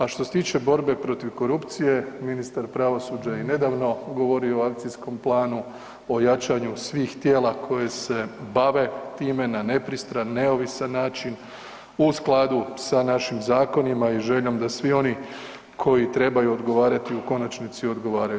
A što se tiče borbe protiv korupcije ministar pravosuđa je i nedavno govorio o akcijskom planu, o jačanju svih tijela koje se bave time na nepristran, neovisan način u skladu sa našim zakonima i željom da svi oni koji trebaju odgovarati u konačnici i odgovaraju.